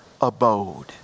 abode